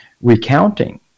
recounting